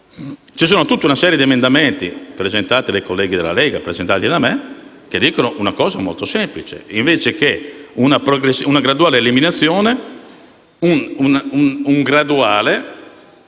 Vi è tutta una serie di emendamenti, presentati dai colleghi della Lega e da me, che chiedono una cosa molto semplice: invece di una graduale eliminazione, una graduale diminuzione.